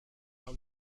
are